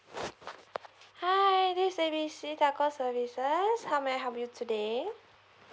hi this A B C telco services how may I help you today